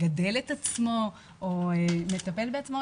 מגדל את עצמו או מטפל בעצמו.